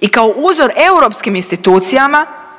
i kao uzor europskim institucijama